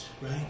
right